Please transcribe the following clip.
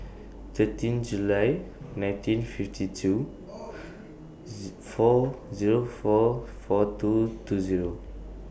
thirteen July nineteen fifty two four Zero four four two two Zero